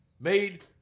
made